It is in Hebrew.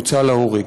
היא הוצאה להורג.